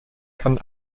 kann